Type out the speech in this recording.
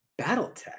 Battletech